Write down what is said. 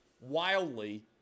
Wildly